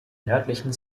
nördlichen